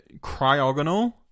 Cryogonal